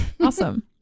Awesome